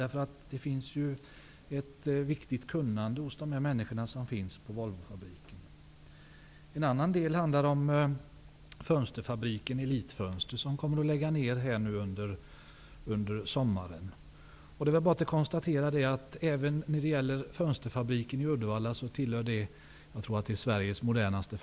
Det finns ett viktigt kunnande hos människorna på Det handlar också om fönsterfabriken Elit-Fönster, som kommer att läggas ner under sommaren. Jag tror att fönsterfabriken i Uddevalla är en av Sveriges modernaste.